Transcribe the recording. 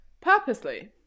Purposely